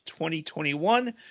2021